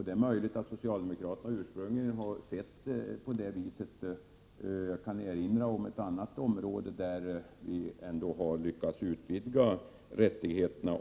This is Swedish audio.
Det är möjligt att socialdemokraterna ursprungligen har sett det på det viset. Jag kan erinra om ett område där vi ändå har lyckats utvidga rättigheterna.